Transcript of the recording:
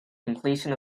completion